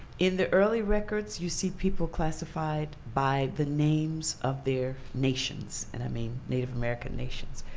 in the early records you see people classified by the names of their nations and i mean native american nations.